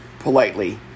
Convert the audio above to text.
politely